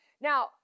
Now